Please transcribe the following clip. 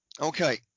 Okay